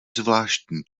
zvláštní